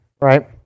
right